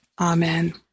Amen